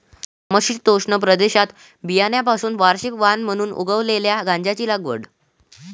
समशीतोष्ण प्रदेशात बियाण्यांपासून वार्षिक वाण म्हणून उगवलेल्या गांजाची लागवड